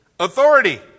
Authority